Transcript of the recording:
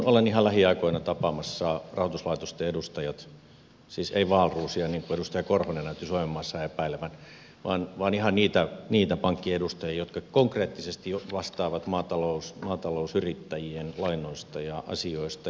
olen ihan lähiaikoina tapaamassa rahoituslaitosten edustajia siis en wahlroosia niin kuin edustaja korhonen näytti suomenmaassa epäilevän vaan ihan niitä pankkiedustajia jotka konkreettisesti vastaavat maatalousyrittäjien lainoista ja asioista